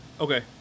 Okay